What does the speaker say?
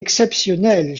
exceptionnelle